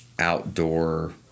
outdoor